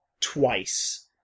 twice